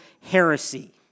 heresy